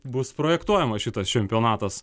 bus projektuojamas šitas čempionatas